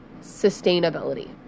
sustainability